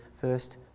first